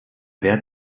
wert